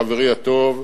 חברי הטוב,